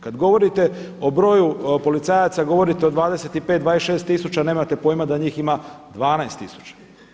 Kad govorite o broju policajaca govorite o 25, 26 tisuća, nemate pojma da njih ima 12 tisuća.